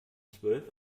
zwölf